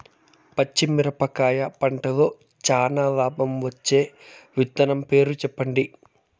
పచ్చిమిరపకాయ పంటలో చానా లాభం వచ్చే విత్తనం పేరు చెప్పండి?